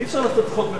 אי-אפשר לעשות צחוק.